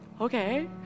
okay